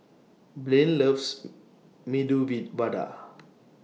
Blaine loves Medu V Vada